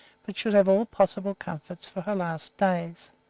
but should have all possible comforts for her last days.